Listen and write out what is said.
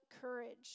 courage